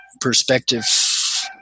perspective